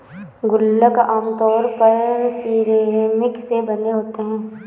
गुल्लक आमतौर पर सिरेमिक से बने होते हैं